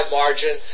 margin